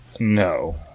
No